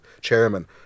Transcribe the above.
chairman